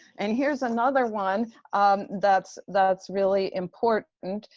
and here's another one that's that's really important,